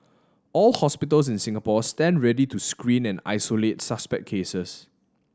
all hospitals in Singapore stand ready to screen and isolate suspect cases